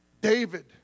David